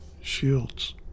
shields